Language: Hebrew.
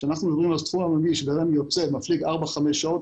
כשאנחנו אומרים ספורט המוני שבן אדם יוצא ומפליג ארבע-חמש שעות,